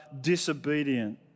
disobedient